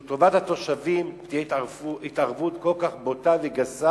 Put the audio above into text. שהוא טובת התושבים, תהיה התערבות כל כך בוטה וגסה,